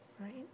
right